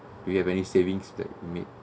do you have any savings that made